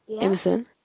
Emerson